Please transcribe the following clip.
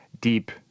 deep